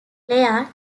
clair